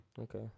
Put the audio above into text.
Okay